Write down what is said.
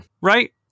Right